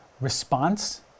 response